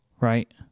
right